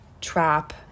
trap